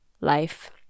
life